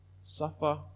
Suffer